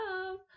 love